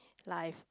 life